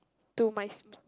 to my sp~